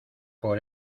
por